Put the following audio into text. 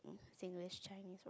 Singlish Chinese